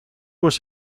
was